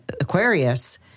aquarius